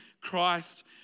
Christ